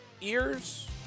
ears